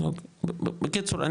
בקיצור,